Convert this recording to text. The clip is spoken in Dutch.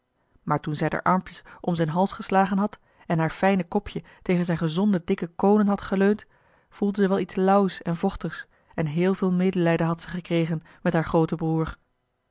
maar toen zij d'r armpjes om zijn hals geslagen had en haar fijne kopje tegen zijn gezonde dikke koonen had geleund voelde ze wel iets lauws en vochtigs en heel veel medelijden had ze gekregen met haar grooten broer